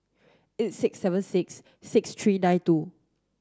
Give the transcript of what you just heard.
eight six seven six six three nine two